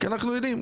כי אנחנו יודעים,